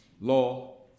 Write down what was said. law